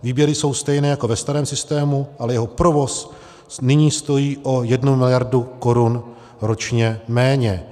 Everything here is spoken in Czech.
Výběry jsou stejné jako ve starém systému, ale jeho provoz nyní stojí o 1 miliardu korun ročně méně.